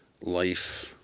life